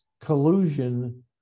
collusion